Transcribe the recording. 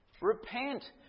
repent